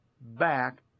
back